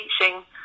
teaching